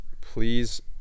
please